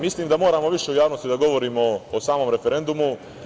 Mislim da moramo više u javnosti da govorimo o samom referendumu.